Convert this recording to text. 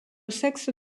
sexe